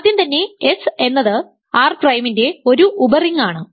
ആദ്യം തന്നെ S എന്നത് R പ്രൈമിന്ടെ ഒരു ഉപറിംഗ് ആണ്